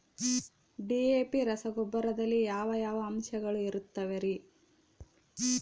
DAP ರಸಗೊಬ್ಬರದಲ್ಲಿ ಯಾವ ಯಾವ ಅಂಶಗಳಿರುತ್ತವರಿ?